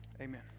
Amen